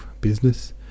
business